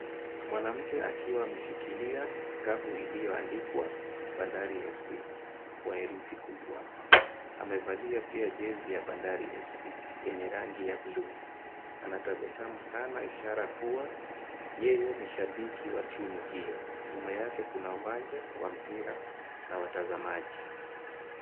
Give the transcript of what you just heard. Mwanamke akiwa ameshikilia skafu iliyoandikwa Bandari FC kwa herufi kubwa. Amevalia pia jezi ya Bandari FC yenye rangi ya buluu. Anatabasamu sana ishara kuwa yeye ni shabiki wa timu hiyo. Nyuma yake kuna uwanja wa mpira na watazamaji.